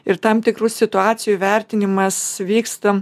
ir tam tikrų situacijų vertinimas vyksta